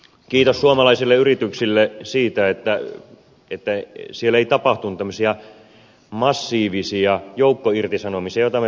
kiitos suomalaisille yrityksille siitä että siellä ei tapahtunut massiivisia joukkoirtisanomisia joita me pelkäsimme